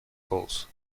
bulls